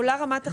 עולה רמת החיכוך,